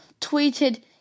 tweeted